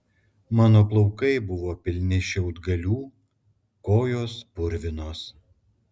mano plaukai buvo pilni šiaudgalių kojos purvinos